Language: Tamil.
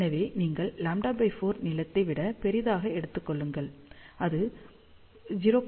எனவே நீங்கள் λ4 நீளத்தை விட பெரியதாக எடுத்துக் கொள்ளுங்கள் அது 0